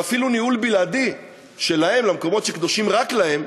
ואפילו ניהול בלעדי שלהם במקומות שקדושים רק להם,